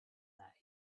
that